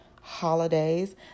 holidays